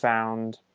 found